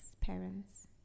parents